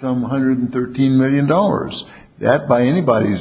some one hundred thirteen million dollars that by anybody's